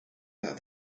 that